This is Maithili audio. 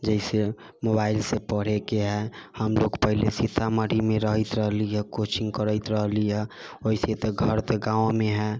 जैसे मोबाइल से पढ़ैके हइ हमलोग पहिले सीतामढ़ीमे रहैत रहली हँ कोचिङ्ग करैत रहली हँ वैसे तऽ घर तऽ गाँवमे हइ